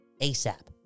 ASAP